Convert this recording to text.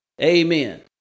Amen